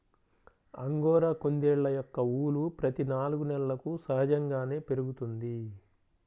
angora కుందేళ్ళ యొక్క ఊలు ప్రతి నాలుగు నెలలకు సహజంగానే పెరుగుతుంది